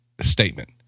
statement